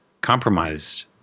compromised